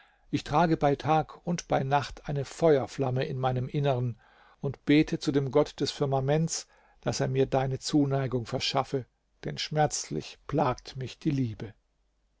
ich trage bei tag und bei nacht eine feuerflamme in meinem inneren und bete zu dem gott des firmaments daß er mir deine zuneigung verschaffe denn schmerzlich plagt mich die liebe